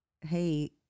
hey